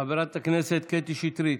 חברת הכנסת קטי שטרית,